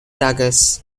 daggers